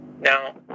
Now